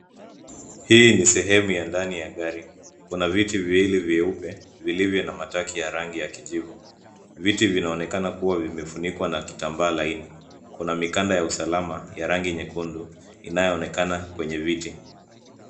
Hii ni sehemu ya ndani ya gari. Kuna viti viwili vyeupe vilivyo na mataki ya rangi ya kijivu. Viti vinaonekana kuwa vimefunikwa na kitambaa laini. Kuna mikanda ya usalama ya rangi nyekundu inayoonekana kwenye viti.